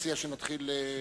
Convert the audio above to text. מציע שנתחיל.